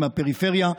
מהפריפריה,